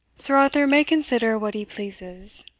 sir arthur may consider what he pleases,